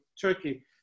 Turkey